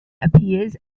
appears